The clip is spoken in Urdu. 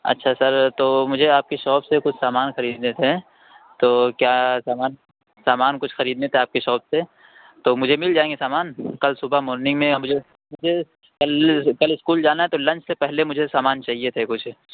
اچھا سر تو مجھے آپ کی شاپ سے کچھ سامان خریدنے تھے تو کیا سامان سامان کچھ خریدنے تھے آپ کی شاپ سے تو مجھے مل جائیں گے سامان کل صُبح مارننگ میں یا مجھے مجھے کل کل اسکول جانا تو لنچ سے پہلے مجھے سامان چاہیے تھے کچھ